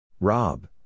Rob